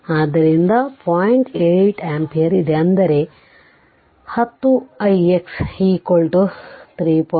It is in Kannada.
ಆದ್ದರಿಂದ ಪಾಯಿಂಟ್ 8 ಆಂಪಿಯರ್ ಇದೆ ಅಂದರೆ ಇದು 10 ix ix 3